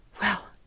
Well